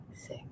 six